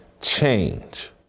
change